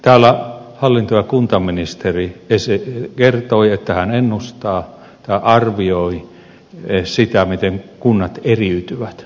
täällä hallinto ja kuntaministeri kertoi että hän arvioi että kunnat eriytyvät